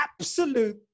absolute